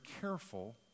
careful